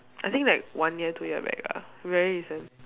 I think like one year two year back ah very recent